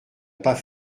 pas